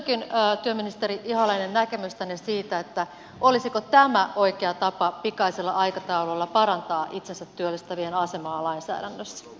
kysynkin työministeri ihalainen näkemystänne siitä olisiko tämä oikea tapa pikaisella aikataululla parantaa itsensä työllistävien asemaa lainsäädännössä